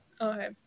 Okay